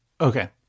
Okay